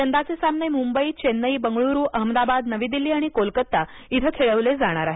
यंदाचे सामने मुंबई चेन्नई बंगळुरू अहमदाबाद नवी दिल्ली आणि कोलकाता इथं खेळवले जाणार आहेत